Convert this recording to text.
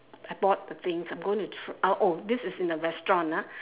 I bought the things I'm going tr~ uh oh this is in a restaurant ah